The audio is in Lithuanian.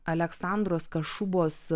aleksandros kašubos